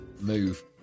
move